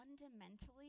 fundamentally